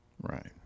Right